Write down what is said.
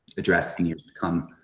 addressed in years to come.